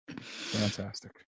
Fantastic